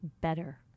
better